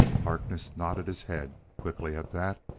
harkness nodded his head quickly at that,